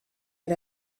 had